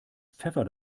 pfeffer